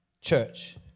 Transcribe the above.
Church